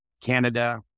canada